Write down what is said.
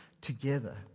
together